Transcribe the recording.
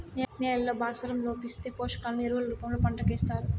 నేలల్లో భాస్వరం లోపిస్తే, పోషకాలను ఎరువుల రూపంలో పంటకు ఏస్తారు